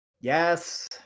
Yes